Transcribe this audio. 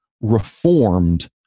reformed